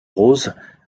roses